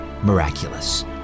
miraculous